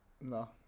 No